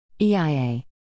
EIA